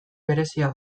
berezia